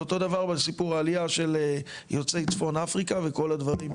ואותו דבר בסיפור העלייה של יוצאי צפון אפריקה וכל הדברים,